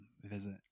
visit